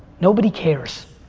nobody cares.